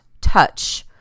touch